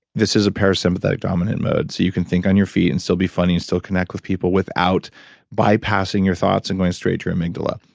this is a parasympathetic dominant mode, so you can think on your feet and still be funny and still connect with people without bypassing your thought and going straight to your amygdala.